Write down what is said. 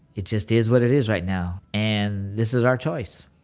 it just is what it is right now, and this is our choice